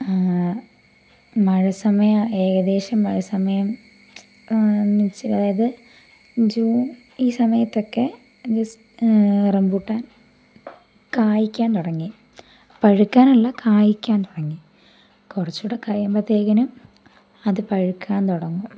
മഴ സമയം ഏകദേശം മഴ സമയം അതായത് ജൂൺ ഈ സമയത്തൊക്കെ റംബുട്ടാൻ കഴിക്കാൻ തുടങ്ങി പഴുക്കാനല്ല കായ്ക്കാൻ തുടങ്ങി കുറച്ചും കൂടി കഴിയുമ്പോഴത്തേക്കിനും അത് പഴുക്കാൻ തുടങ്ങും